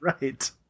Right